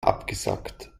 abgesackt